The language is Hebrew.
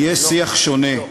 יהיה שיח שונה,